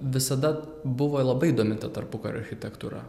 visada buvo labai įdomi ta tarpukario architektūra